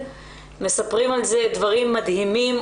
מספרים על זה דברים מדהימים,